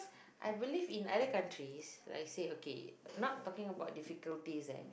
I believe in other countries I said okay not talking difficulty leh